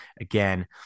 again